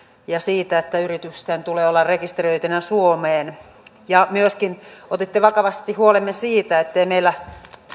ja siitä että yritysten tulee olla rekisteröityinä suomeen myöskin otitte vakavasti huolemme siitä ettei meillä